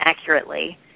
accurately